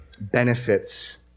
benefits